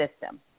system